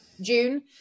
June